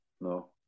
No